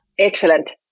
Excellent